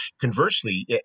Conversely